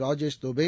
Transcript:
Rajesh Dube